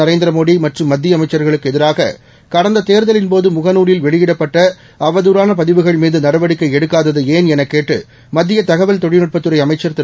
நரேந்திரமோடி மற்றும் மத்திய அமைச்சர்களுக்கு முகநூலில் வெளியிடப்பட்ட அவதூறான பதிவுகள் மீது நடவடிக்கை எடுக்காதது ஏன் என கேட்டு மத்திய தகவல் தொழில்நுட்பத்துறை அமைச்சர் திரு